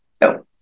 no